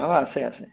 অঁ আছে আছে